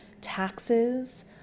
taxes